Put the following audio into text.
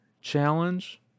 challenge